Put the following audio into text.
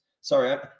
sorry